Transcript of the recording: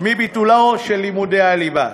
מביטולם של לימודי הליבה.